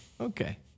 Okay